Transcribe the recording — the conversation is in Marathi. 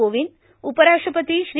कोविंद उपराष्ट्रपती श्री